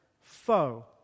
foe